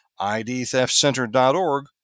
idtheftcenter.org